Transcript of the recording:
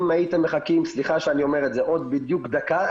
אם הייתם מחכים עוד דקה,